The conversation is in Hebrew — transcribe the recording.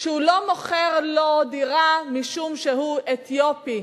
שהוא לא מוכר לו דירה משום שהוא אתיופי.